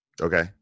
Okay